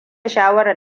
shawarar